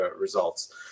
results